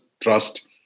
Trust